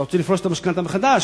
אתה רוצה לפרוס את המשכנתה מחדש?